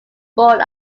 born